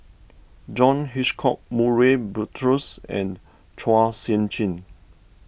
John Hitchcock Murray Buttrose and Chua Sian Chin